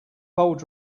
bold